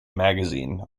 magazine